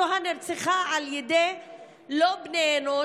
סוהא נרצחה לא על ידי בני אנוש,